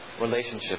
relationship